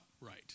right